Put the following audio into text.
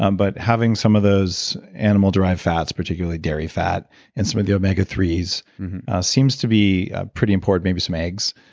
um but having some of those animal dry fats, particularly dairy fat and some of the omega three s seems to be pretty important, maybe some eggs.